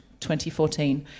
2014